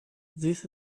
this